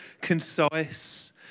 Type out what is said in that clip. concise